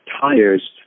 tires